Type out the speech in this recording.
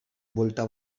buelta